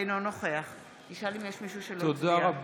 אינו נוכח תודה רבה.